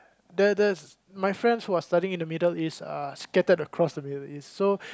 the there's my friends who are studying in the Middle East uh scattered across the Middle East so